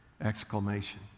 exclamation